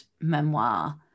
memoir